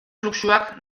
fluxuak